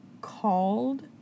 called